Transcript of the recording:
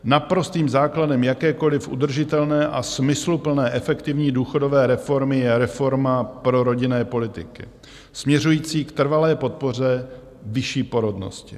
Naprostým základem jakékoliv udržitelné a smysluplné efektivní důchodové reformy je reforma prorodinné politiky směřující k trvalé podpoře vyšší porodnosti.